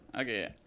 Okay